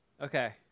Okay